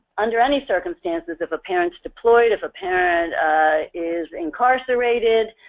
under any circumstances if a parent is deployed, if a parent is incarcerated,